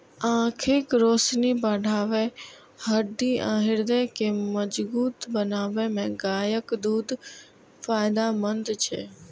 आंखिक रोशनी बढ़बै, हड्डी आ हृदय के मजगूत बनबै मे गायक दूध फायदेमंद छै